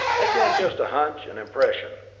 again, just a hunch, an impression.